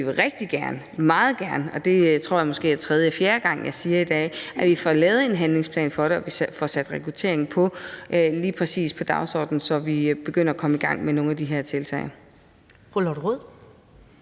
vi vil rigtig gerne, meget gerne, og jeg tror måske, at det er tredje eller fjerde gang, jeg siger det i dag, have, at vi får lavet en handlingsplan for det, og at vi får sat lige præcis rekruttering på dagsordenen, så vi kan begynde at komme i gang med nogle af de her tiltag. Kl.